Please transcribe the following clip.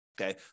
Okay